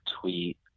tweet